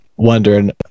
wondering